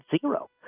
zero